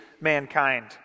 mankind